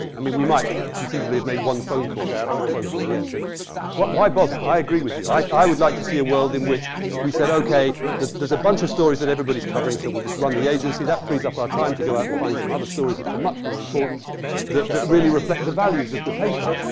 i mean we might conceivably have made one phone call and tack a quote on the end, but why bother? i agree with you. i would like to see a world in which we said, ok. there's there's a bunch of stories that everybody's covering, so we'll just run the agency. so that frees up our time to go out and find some other stories which are much more important that that really reflect the values of the paper.